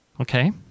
okay